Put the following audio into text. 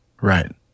Right